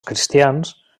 cristians